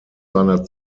seiner